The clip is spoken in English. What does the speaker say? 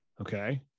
Okay